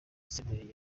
senderi